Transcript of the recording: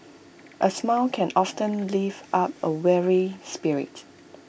A smile can often lift up A weary spirit